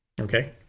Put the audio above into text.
okay